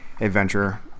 adventure